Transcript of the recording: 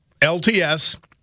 LTS